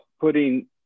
putting